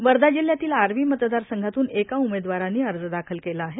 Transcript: तर वर्धा जिल्ह्यातील आर्वी मतदारसंघातून एका उमेदवारांनी उर्ज दाखल केला आहे